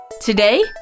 Today